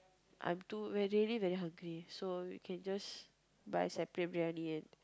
I'm too really very hungry so you can just buy separate briyani and